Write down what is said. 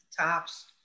tops